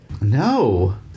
No